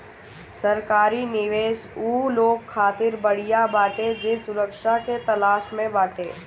सरकारी निवेश उ लोग खातिर बढ़िया बाटे जे सुरक्षा के तलाश में बाटे